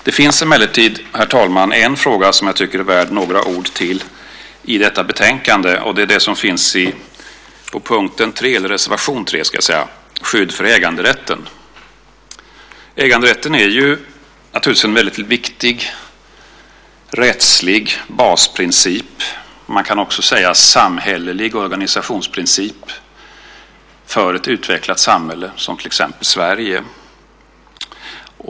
Det finns emellertid i detta betänkande en fråga som jag tycker är värd några ord till. Det är den som finns i reservation 3, Skydd för äganderätten. Äganderätten är naturligtvis en viktig rättslig basprincip - man kan också säga samhällelig organisationsprincip - för ett utvecklat samhälle, som till exempel Sverige.